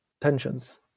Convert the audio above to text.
tensions